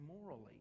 morally